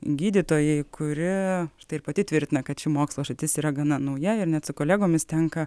gydytojai kuri štai ir pati tvirtina kad ši mokslo sritis yra gana nauja ir net su kolegomis tenka